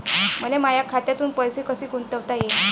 मले माया खात्यातून पैसे कसे गुंतवता येईन?